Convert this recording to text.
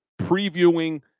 previewing